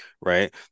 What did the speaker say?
right